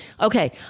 Okay